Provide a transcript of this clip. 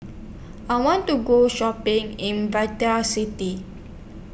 I want to Go Shopping in City